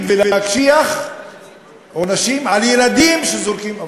ולהקשיח עונשים על ילדים שזורקים אבנים.